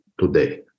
today